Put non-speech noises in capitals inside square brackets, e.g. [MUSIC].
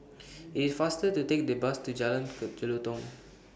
IT IS faster to Take The Bus to Jalan [NOISE] [UNINTELLIGIBLE] Jelutong